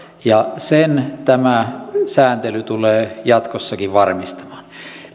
ja sen tämä sääntely tulee jatkossakin varmistamaan